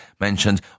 mentioned